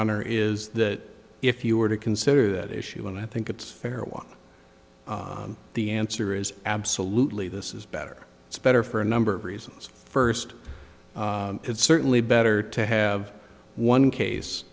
honor is that if you were to consider that issue and i think it's fair walk the answer is absolutely this is better it's better for a number of reasons first it's certainly better to have one case